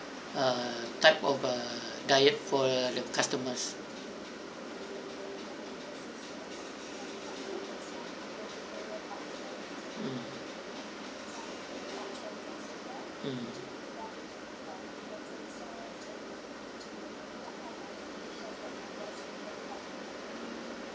err type of err diet for the customer mm mm